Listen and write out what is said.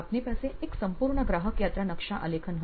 આપની પાસે એક સંપૂર્ણ ગ્રાહક યાત્રા નકશા આલેખન હશે